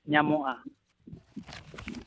ᱧᱟᱢᱚᱜᱼᱟ